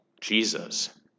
Jesus